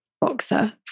boxer